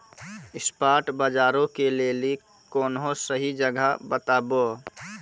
spot बजारो के लेली कोनो सही जगह बताबो